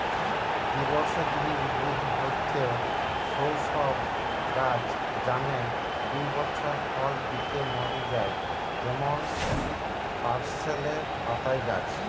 দ্বিবর্ষজীবী উদ্ভিদ হয়ঠে সৌ সব গাছ যানে দুই বছর ফল দিকি মরি যায় যেমন পার্সলে পাতার গাছ